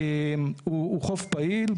הוא חוף פעיל.